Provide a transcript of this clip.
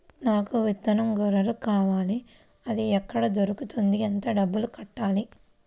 నాకు విత్తనం గొర్రు కావాలి? అది ఎక్కడ దొరుకుతుంది? ఎంత డబ్బులు కట్టాలి?